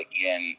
again